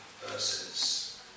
verses